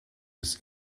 des